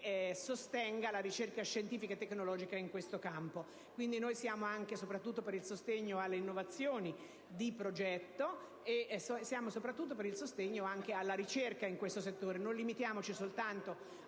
sostenga la ricerca scientifica e tecnologica in questo campo. Quindi, siamo anche, e soprattutto, per il sostegno alle innovazioni di progetto e per il sostegno anche alla ricerca in questo settore. Non limitiamoci soltanto